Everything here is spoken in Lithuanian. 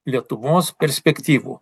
lietuvos perspektyvų